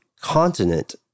continent